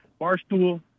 Barstool